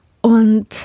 Und